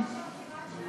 מה שקרה,